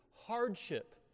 Hardship